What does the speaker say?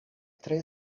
tre